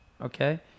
Okay